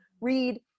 read